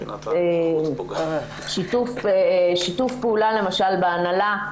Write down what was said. אני חושבת ששיתוף פעולה למשל בהנהלה,